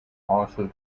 also